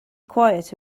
quiet